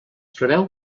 preveu